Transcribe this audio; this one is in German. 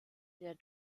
der